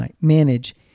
manage